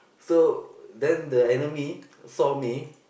so then the enemy saw me